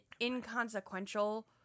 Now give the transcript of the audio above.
inconsequential